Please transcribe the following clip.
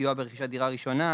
סיוע ברכישת דירה ראשונה,